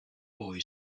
boy